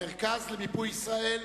המרכז למיפוי ישראל.